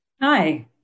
Hi